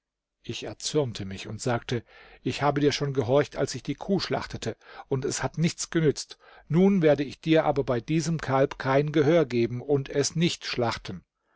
ich erzürnte mich und sagte ich habe dir schon gehorcht als ich die kuh schlachtete und es hat nichts genützt nun werde ich dir aber bei diesem kalb kein gehör geben und es nicht schlachten